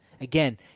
again